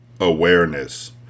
awareness